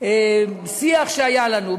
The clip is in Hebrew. בשיח שהיה לנו,